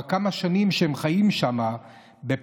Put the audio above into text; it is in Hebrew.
וכבר כמה שנים שהם חיים שם בפחד.